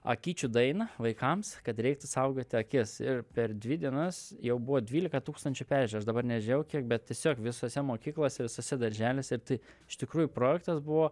akyčių dainą vaikams kad reiktų saugoti akis ir per dvi dienas jau buvo dvylika tūkstančių peržiūrų aš dabar nežiūrėjau kiek bet tiesiog visose mokyklose visuose darželiuose ir tai iš tikrųjų projektas buvo